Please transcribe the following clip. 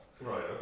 Right